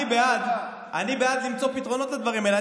אני בעד, אני בעד למצוא פתרונות לדברים האלה.